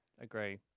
Agree